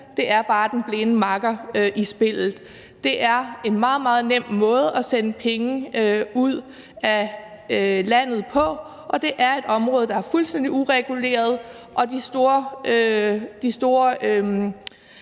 er den blinde makker i spillet; det er en meget, meget nem måde at sende penge ud af landet på, og det er et område, der er fuldstændig ureguleret. De store